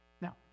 Now